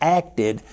acted